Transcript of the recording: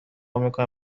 میکنن